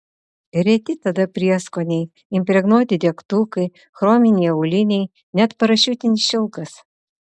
reti tada prieskoniai impregnuoti degtukai chrominiai auliniai net parašiutinis šilkas